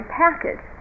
package